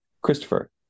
Christopher